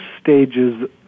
stages